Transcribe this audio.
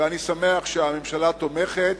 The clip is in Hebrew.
ואני שמח שהממשלה תומכת.